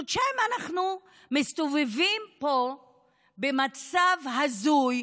חודשיים אנחנו מסתובבים פה במצב הזוי,